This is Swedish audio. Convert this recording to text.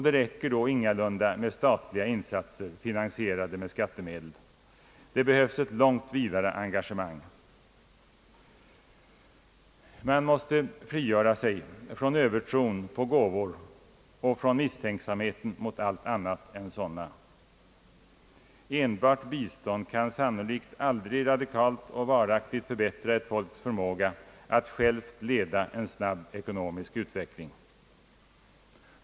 Det räcker ingalunda med statliga insatser finansierade med skattemedel. Det behövs ett långt vidare engagemang. Man måste frigöra sig från övertron på gåvor och misstänksamheten mot allt annat än sådana. Enbart bistånd kan sannolikt aldrig radikalt och varaktigt förbättra ett folks förmåga att självt leda en snabb ekonomisk utveckling.